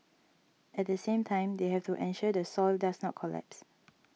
at the same time they have to ensure the soil does not collapse